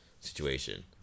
situation